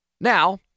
Now